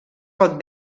pot